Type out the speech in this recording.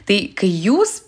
tai kai jūs